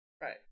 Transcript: right